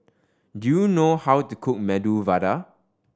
do you know how to cook Medu Vada